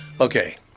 Okay